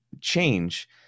change